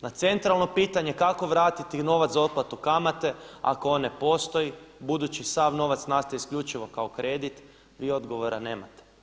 Na centralno pitanje kako vratiti novac za otplatu kamate ako on ne postoji budući da sav novac nastaje isključivo kao kredit vi odgovora nemate.